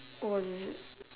oh is